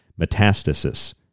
metastasis